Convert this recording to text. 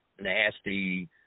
nasty